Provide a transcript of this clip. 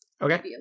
Okay